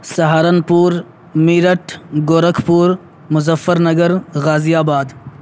Saharanpur Meerut Gorakhpur Muzaffarnagar غازی آباد